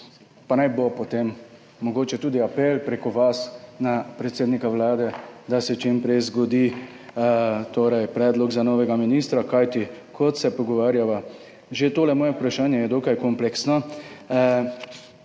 pa naj bo potem mogoče tudi apel prek vas na predsednika Vlade, da se čim prej zgodi predlog za novega ministra, kajti, kot se pogovarjava, že tole moje vprašanje je dokaj kompleksno,